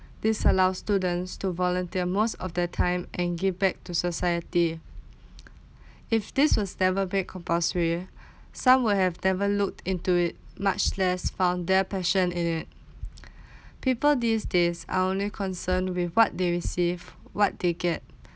this allows students to volunteer most of their time and give back to society if this was never made compulsory some will have never look into it much less found their passion in it people these days are only concern with what they receive what they get